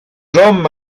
drwm